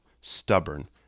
stubborn